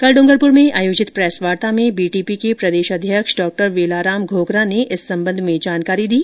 कल ड्रंगरपुर में आयोजित प्रेस वार्ता में बीटीपी के प्रदेश अध्यक्ष डॉ वेलाराम घोगरा ने इस संबंध में जानकारी दी